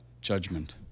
judgment